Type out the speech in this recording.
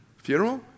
funeral